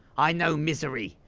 i know misery,